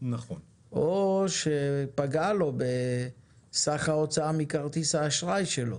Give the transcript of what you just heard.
או שפגעה לו בסך ההוצאה מכרטיס האשראי שלו